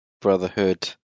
Brotherhood